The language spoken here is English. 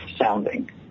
sounding